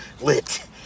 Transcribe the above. lit